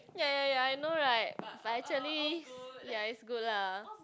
ya ya ya I know right but actually ya it's good lah